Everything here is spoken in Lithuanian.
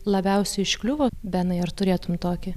labiausiai užkliuvo benai ar turėtum tokį